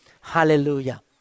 Hallelujah